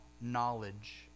knowledge